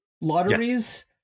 lotteries